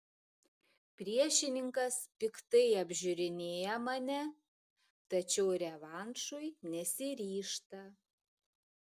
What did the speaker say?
priešininkas piktai apžiūrinėja mane tačiau revanšui nesiryžta